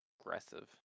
aggressive